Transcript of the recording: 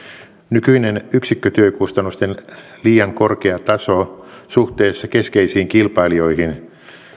nykyinen yksikkötyökustannusten liian korkea taso suhteessa keskeisiin kilpailijoihin